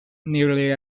nearly